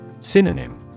Synonym